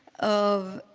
of